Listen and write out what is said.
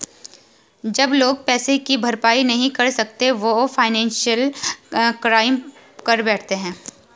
जब लोग पैसे की भरपाई नहीं कर सकते वो फाइनेंशियल क्राइम कर बैठते है